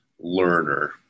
learner